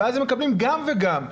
כך הם מקבלים גם וגם.